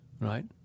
right